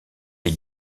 les